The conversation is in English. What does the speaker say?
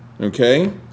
Okay